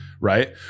right